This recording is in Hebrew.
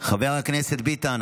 חבר הכנסת ביטן,